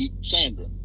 Sandra